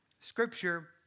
scripture